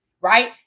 right